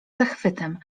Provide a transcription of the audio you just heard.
zachwytem